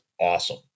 awesome